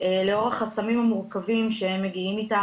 לאור החסמים המורכבים שהם מגיעים איתם.